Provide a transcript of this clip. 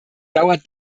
dauer